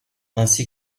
ainsi